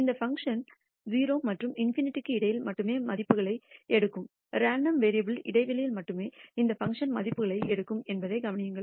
இந்த பங்க்ஷன் 0 மற்றும் ∞ க்கு இடையில் மட்டுமே மதிப்புகளை எடுக்கும் ரேண்டம் வேரியபுல்க்கு இடையில் மட்டுமே இந்த பங்க்ஷன் மதிப்புகளை எடுக்கும் என்பதைக் கவனியுங்கள்